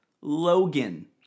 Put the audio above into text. Logan